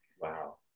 Wow